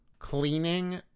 cleaning